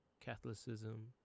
Catholicism